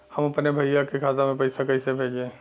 हम अपने भईया के खाता में पैसा कईसे भेजी?